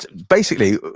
basically,